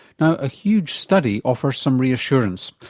now a huge study offers some reassurance.